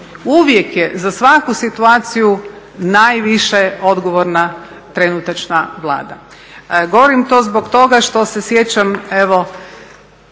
Uvijek je za svaku situaciju najviše odgovorna trenutačna Vlada. Govorim to zbog toga što se sjećam onih